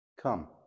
Come